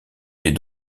les